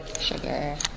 sugar